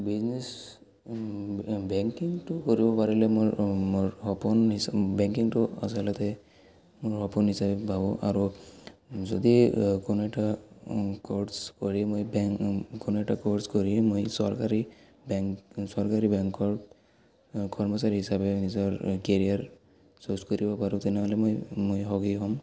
business বেংকিংটো কৰিব পাৰিলে মোৰ মোৰ সপোন হিচ বেংকিংটো আচলতে মোৰ সপোন হিচাপে ভাবোঁ আৰু যদি কোনো এটা ক'ৰ্ছ কৰি মই বেং কোনো এটা কৰ্ছ কৰি মই চৰকাৰী বেংক চৰকাৰী বেংকৰ কৰ্মচাৰী হিচাপে নিজৰ কেৰিয়াৰ চুজ কৰিব পাৰোঁ তেনেহ'লে মই মই সুখী হ'ম